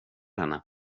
henne